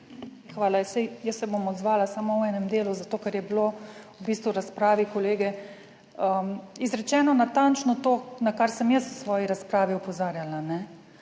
Hvala. Saj jaz se bom odzvala samo v enem delu, zato, ker je bilo v bistvu v razpravi kolege izrečeno natančno to, na kar sem jaz v svoji razpravi opozarjala.